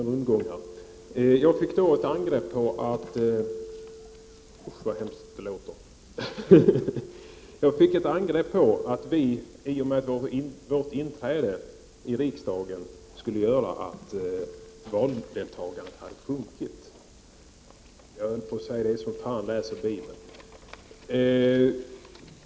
Fru talman! Jag fick ta emot ett angrepp som innebar att vårt inträde i riksdagen skulle göra att valdeltagandet hade sjunkit. Jag höll på att säga att det är så som fan läser Bibeln.